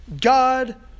God